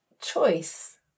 choice